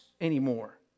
anymore